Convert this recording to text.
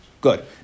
Good